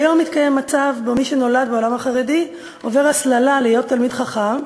כיום מתקיים מצב שבו מי שנולד בעולם החרדי עובר הסללה להיות תלמיד חכם,